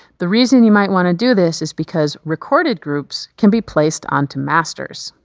the reason you might want to do this is because recorded groups can be placed onto masters,